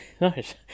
Nice